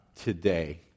today